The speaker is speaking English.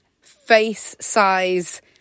face-size